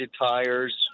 tires